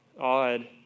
odd